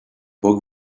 bug